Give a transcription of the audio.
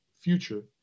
future